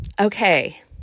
Okay